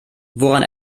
woran